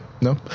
No